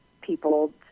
people